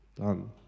done